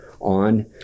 on